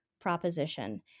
proposition